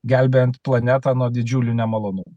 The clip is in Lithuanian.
gelbėjant planetą nuo didžiulių nemalonumų